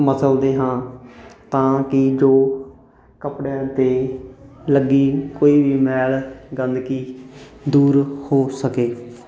ਮਸਲਦੇ ਹਾਂ ਤਾਂ ਕਿ ਜੋ ਕੱਪੜਿਆਂ 'ਤੇ ਲੱਗੀ ਕੋਈ ਵੀ ਮੈਲ ਗੰਦਗੀ ਦੂਰ ਹੋ ਸਕੇ